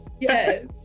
Yes